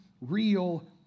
real